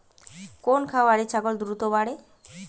কোন খাওয়ারে ছাগল দ্রুত বাড়ে?